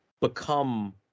become